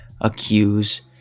accuse